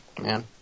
Man